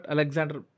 Alexander